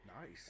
nice